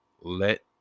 Let